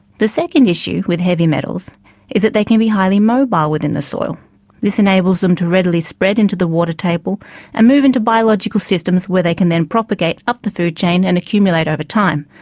the second issue with heavy metals is that they can be highly mobile within the soil this enables them to readily spread into the water table and move into biological systems, where they can then propagate up the food chain and accumulate over time.